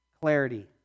clarity